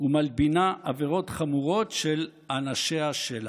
ומלבינה עבירות חמורות של אנשיה שלה.